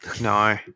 No